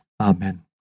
Amen